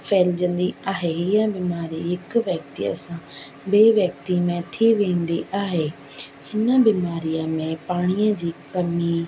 फहिलिजंदी आहे हीअ बीमारी हिकु व्यक्तिअ सां ॿिए व्यक्ति में थी वेंदी आहे हिन बीमारीअ में पाणीअ जी कमी